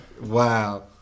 Wow